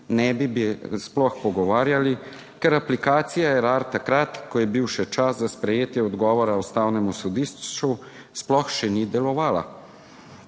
ne bi sploh pogovarjali, ker aplikacija Erar takrat, ko je bil še čas za sprejetje odgovora Ustavnemu sodišču, sploh še ni delovala.